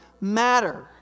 matter